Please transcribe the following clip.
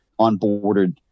onboarded